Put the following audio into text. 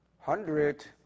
hundred